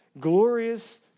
glorious